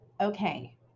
okay